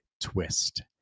twist